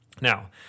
Now